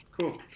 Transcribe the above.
cool